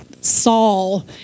Saul